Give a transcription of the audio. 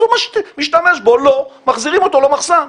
אז הוא משתמש בו, לא, מחזירים אותו למחסן.